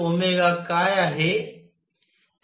mR2 काय आहे